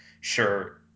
Sure